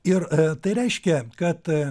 ir tai reiškia kad